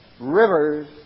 rivers